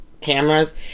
cameras